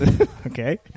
Okay